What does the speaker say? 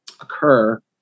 occur